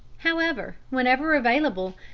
however, whenever available,